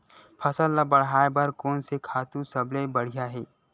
फसल ला बढ़ाए बर कोन से खातु सबले बढ़िया हे?